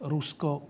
Rusko